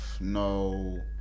no